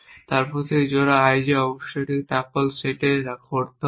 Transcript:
তারপর সেই জোড়া i j অবশ্যই এখানে টপল এর সেটে ঘটতে হবে